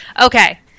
Okay